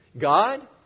God